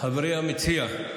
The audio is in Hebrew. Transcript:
חברי המציע,